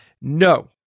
No